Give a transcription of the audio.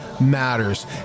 matters